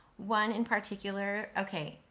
one in particular, okay,